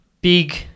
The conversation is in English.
big